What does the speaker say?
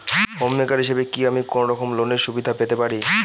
Home maker হিসেবে কি আমি কোনো রকম লোনের সুবিধা পেতে পারি?